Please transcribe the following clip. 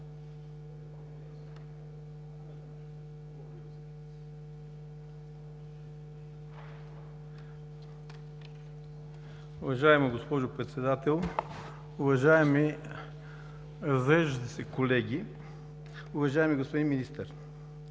Уважаема госпожо Председател, уважаеми разреждащи се колеги, уважаеми господин Министър!